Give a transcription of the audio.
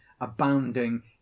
abounding